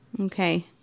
Okay